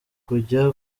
kujya